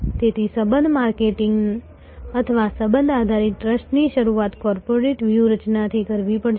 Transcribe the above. તેથી સબંધ માર્કેટિંગ અથવા સબંધ આધારિત ટ્રસ્ટની શરૂઆત કોર્પોરેટ વ્યૂહરચનાથી કરવી પડશે